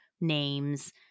names